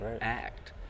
Act